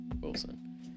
Wilson